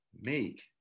make